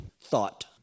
thought